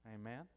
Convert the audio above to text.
Amen